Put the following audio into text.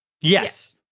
Yes